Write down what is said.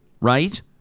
right